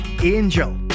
Angel